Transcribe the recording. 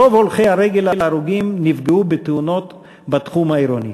רוב הולכי הרגל ההרוגים נפגעו בתאונות בתחום העירוני.